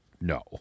No